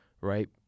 right